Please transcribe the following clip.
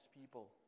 people